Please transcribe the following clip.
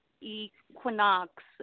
equinox